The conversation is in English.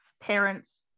parents